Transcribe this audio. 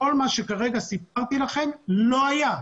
וכל מה שסיפרתי לכם לא היה.